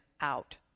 out